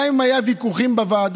גם אם היו ויכוחים בוועדה,